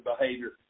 behavior